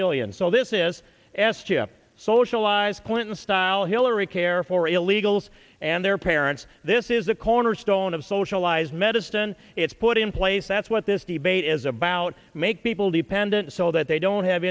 billion so this is s chip socialized clinton style hillary care for illegals and their parents this is a cornerstone of socialized medicine it's put in place that's what this debate is about make people dependent so that they don't have